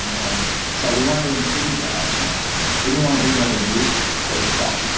and so we wanted to include that and we didn't want to do another movie so we thought,